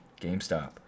GameStop